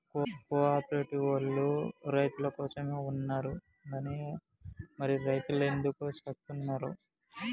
కో ఆపరేటివోల్లు రైతులకోసమే ఉన్నరు గని మరి రైతులెందుకు సత్తున్నరో